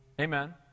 Amen